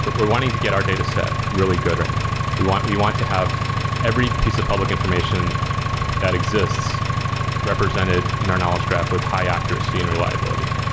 but we're wanting to get our dataset really good right now. we want we want to have every piece of public information that exists represented in our knowledge graph with high-accuracy and reliability.